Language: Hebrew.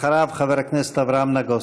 אחריו, חבר הכנסת אברהם נגוסה.